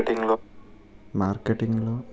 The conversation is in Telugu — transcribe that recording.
మార్కెటింగ్ లో కష్టనష్టాలను భరించితే ముందుకెళ్లగలం